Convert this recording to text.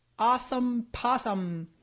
awesome possum.